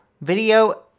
Video